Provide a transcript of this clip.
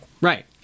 right